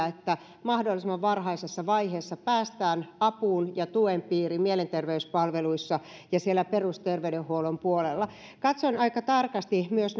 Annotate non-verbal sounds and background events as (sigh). (unintelligible) että mahdollisimman varhaisessa vaiheessa päästään avun ja tuen piiriin mielenterveyspalveluissa siellä perusterveydenhuollon puolella katsoin aika tarkasti myös (unintelligible)